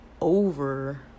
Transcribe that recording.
over